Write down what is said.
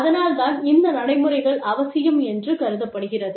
அதனால்தான் இந்த நடைமுறைகள் அவசியம் என்று கருதப்படுகிறது